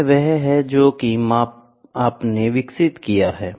यह वह है जो कि आपने विकसित किया है